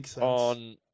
on